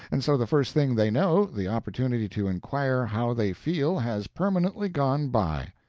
and so the first thing they know the opportunity to inquire how they feel has permanently gone by.